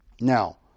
Now